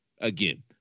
Again